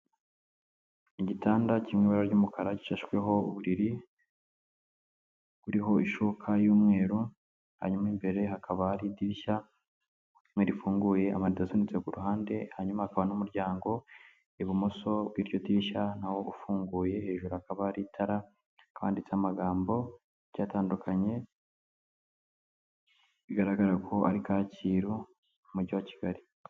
Igitanda kiri mu ibara ry'umukara gishashweho uburiri, buriho ishuka y'umweru; hanyuma imbere hakaba hari idirishya rimwe rifunguye, amarido asunitse ku ruhande, hanyuma hakaba n'umuryango ibumoso bw'iryo dirishya na wo ufunguye, hejuru hakaba hari itara , hakaba handitseho amagambo agiye atandukanye, bigaragara ko ari Kacyiru mu Mujyi wa Kigali.